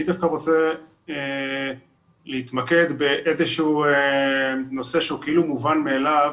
אני דווקא רוצה להתמקד באיזשהו נושא שהוא כאילו מובן מאליו,